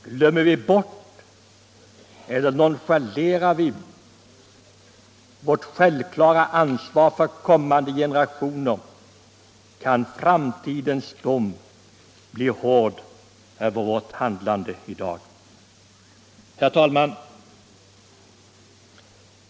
Glömmer vi bort eller nonchalerar vårt självklara ansvar för kommande generationer kan framtidens dom bli hård över vårt handlande i dag. Herr talman!